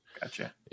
Gotcha